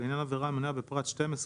לעניין עבירה המנויה בפרט 12,